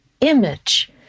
image